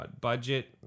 budget